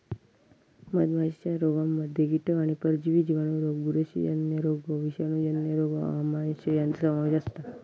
मधमाशीच्या रोगांमध्ये कीटक आणि परजीवी जिवाणू रोग बुरशीजन्य रोग विषाणूजन्य रोग आमांश यांचो समावेश असता